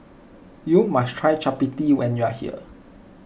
you must try Chappati when you are here